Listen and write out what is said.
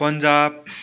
Punjab